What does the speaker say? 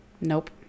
Nope